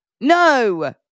No